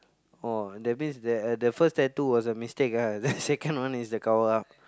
orh that means that the first tattoo was a mistake ah then second one is the cover up